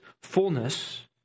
fullness